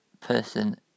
person